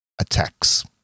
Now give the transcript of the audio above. attacks